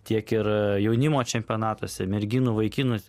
tiek ir jaunimo čempionatuose merginų vaikinų